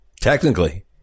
Technically